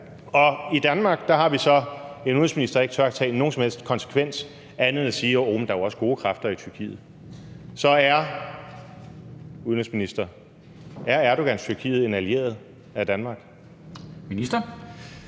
Og i Danmark har vi så en udenrigsminister, der ikke tør tage nogen som helst konsekvens af det andet end at sige, at der jo også er gode kræfter i Tyrkiet. Så, udenrigsminister, er Erdogans Tyrkiet en allieret af Danmark? Kl.